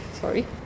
Sorry